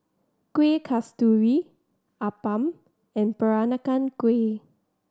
Kueh Kasturi appam and Peranakan Kueh